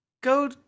go